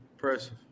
Impressive